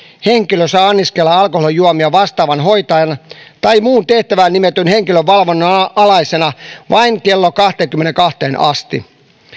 henkilö saa anniskella alkoholijuomia vastaavan hoitajan tai muun tehtävään nimetyn henkilön valvonnan alaisena vain kello kahteenkymmeneenkahteen asti